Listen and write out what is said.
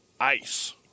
Ice